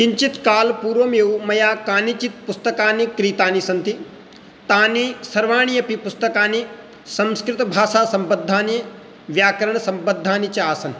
किञ्चित् कालात् पूर्वमेव मया कानिचित् पुस्तकानि क्रीतानि सन्ति तानि सर्वाणि अपि पुस्तकानि संस्कृतभाषासम्बद्धानि व्याकरणसम्बद्धानि च आसन्